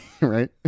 right